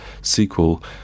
sequel